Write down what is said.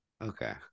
Okay